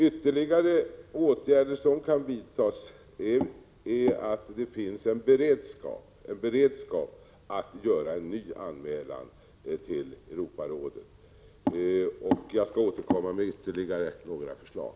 Ytterligare åtgärder som kan vidtas är att det finns en beredskap att göra en ny anmälan till Europarådet. Jag skall återkomma med ytterligare förslag.